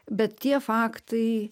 bet tie faktai